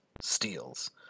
steals